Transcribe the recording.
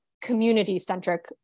community-centric